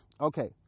okay